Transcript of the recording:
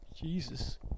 Jesus